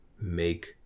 make